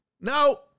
No